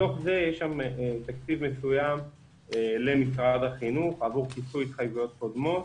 מתוך זה יש שם תקציב מסוים למשרד החינוך עבור כיסוי התחייבויות קודמות